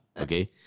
Okay